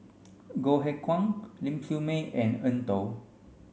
Goh Eck Kheng Ling Siew May and Eng Tow